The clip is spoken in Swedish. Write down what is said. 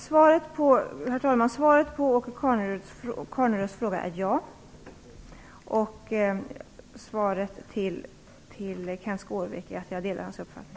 Herr talman! Svaret på Åke Carnerös fråga är ja. Svaret till Kenth Skårvik är att jag delar hans uppfattning.